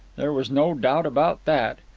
there was no doubt about that.